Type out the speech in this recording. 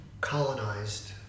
colonized